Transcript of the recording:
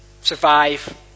survive